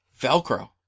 Velcro